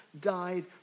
died